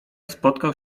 spotkał